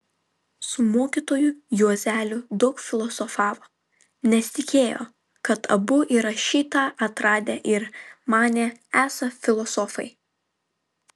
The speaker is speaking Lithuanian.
su mokytoju juozeliu daug filosofavo nes tikėjo kad abu yra šį tą atradę ir manė esą filosofai